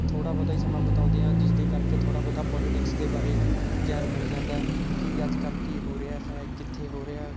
ਥੋੜ੍ਹਾ ਬਹੁਤਾ ਹੀ ਸਮਾਂ ਬਿਤਾਉਂਦੇ ਹਾਂ ਜਿਸਦੇ ਕਰਕੇ ਥੋੜ੍ਹਾ ਬਹੁਤਾ ਪੋਲੀਟਿਕਸ ਦੇ ਬਾਰੇ ਗਿਆਨ ਮਿਲ ਜਾਂਦਾ ਕਿ ਅੱਜ ਕੱਲ੍ਹ ਕੀ ਹੋ ਰਿਹਾ ਹੈ ਕਿੱਥੇ ਹੋ ਰਿਹਾ